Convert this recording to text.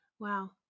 Wow